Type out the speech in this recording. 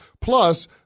Plus